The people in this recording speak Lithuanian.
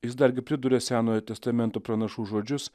jis dar gi priduria senojo testamento pranašų žodžius